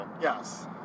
Yes